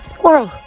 Squirrel